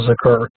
occur